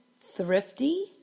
thrifty